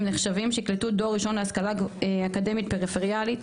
נחשבים שיקלטו דור ראשון להשכלה אקדמית פריפריאלית,